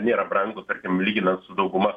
nėra brangu tarkim lyginant su dauguma